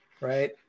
right